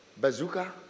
Bazooka